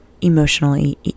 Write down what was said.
emotionally